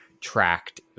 tracked